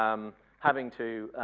um having to